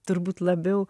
turbūt labiau